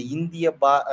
India